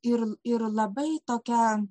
ir ir labai tokia